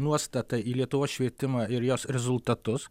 nuostata į lietuvos švietimą ir jos rezultatus